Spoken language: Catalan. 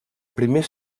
primer